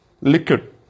liquid